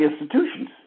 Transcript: institutions